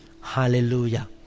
Hallelujah